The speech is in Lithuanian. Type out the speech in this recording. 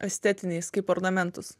estetiniais kaip ornamentus